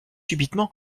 subitement